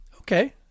okay